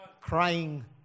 crying